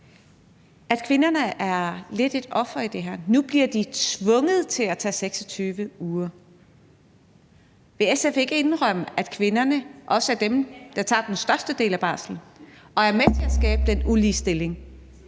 om kvinderne er lidt et offer i det her, nu bliver de tvunget til at tage 26 uger. Vil SF ikke indrømme, at kvinderne også er dem, der tager den største del af barslen og er med til at skabe den ulighed,